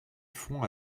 fond